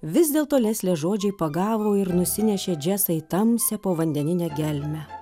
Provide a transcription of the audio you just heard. vis dėlto leslės žodžiai pagavo ir nusinešė džesą į tamsią povandeninę gelmę